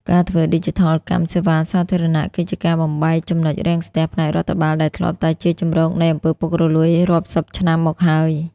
ការធ្វើឌីជីថលកម្មសេវាសាធារណៈ គឺជាការបំបែក ចំណុចរាំងស្ទះ ផ្នែករដ្ឋបាល ដែលធ្លាប់តែជាជម្រកនៃ អំពើពុករលួយ រាប់សិបឆ្នាំមកហើយ។